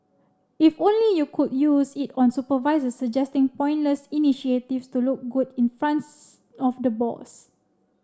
if only you could use it on supervisors suggesting pointless initiatives to look good in fronts of the boss